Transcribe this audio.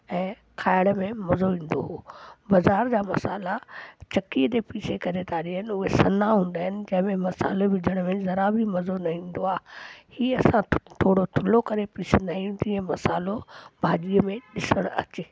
ऐं खाइण में मज़ो ईंदो हुओ बाज़ारि जा मसाला चक्कीअ ते पीसे करे था ॾियनि उहे सन्हा हूंदा आहिनि जंहिंमें मसालो विझण में ज़रा बि मज़ो न ईंदो आहे ही असां थोरो थुलो करे पीसंदा आहियूं जीअं मसालो भाॼीअ में ॾिसणु अचे